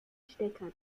stecker